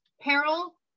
peril